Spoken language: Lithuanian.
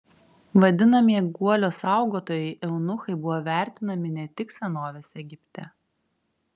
vadinamieji guolio saugotojai eunuchai buvo vertinami ne tik senovės egipte